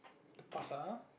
to pass ah [huh]